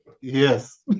Yes